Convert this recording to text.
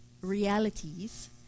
realities